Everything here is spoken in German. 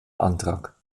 antrag